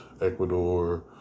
Ecuador